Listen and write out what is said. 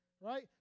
right